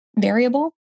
variable